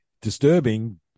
disturbing